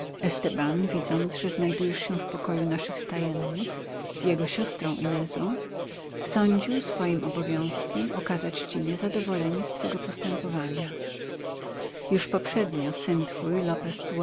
widząc że znajdujesz się w pokoju naszych stajennych z jego siostrą inezą sądził swoim obowiązkiem okazać ci niezadowolenie z twego postępowania już poprzednio syn twój